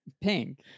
Pink